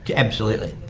absolutely.